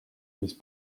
mis